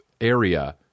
area